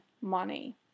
money